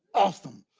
awesome.